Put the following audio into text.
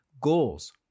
Goals